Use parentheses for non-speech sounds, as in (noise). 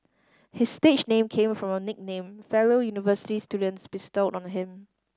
his stage name came from a nickname fellow university students bestowed on (unintelligible) him